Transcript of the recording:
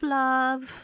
love